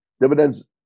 dividends